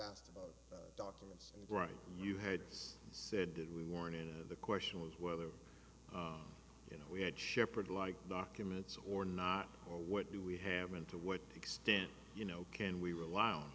asked about documents and right you had said did we warn and the question was whether you know we had shepard like documents or not or what do we have meant to what extent you know can we rely on